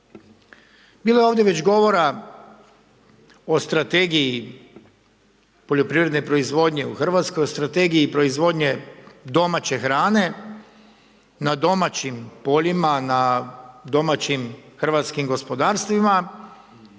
Bilo je ovdje već govora o Strategiji poljoprivrede proizvodnje u Hrvatskoj, o Strategiji proizvodnje domaće hrane na domaćim poljima, na domaćim hrvatskim gospodarstvima